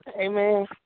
Amen